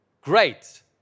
great